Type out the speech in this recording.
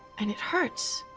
and it hurts.